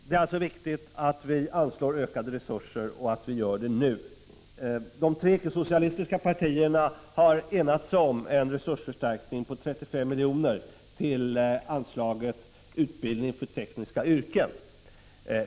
Det är alltså viktigt att vi anslår ökade resurser och att vi gör det nu. De tre icke-socialistiska partierna har enat sig om en resursförstärkning på 35 milj.kr. till anslaget Utbildning för tekniska yrken.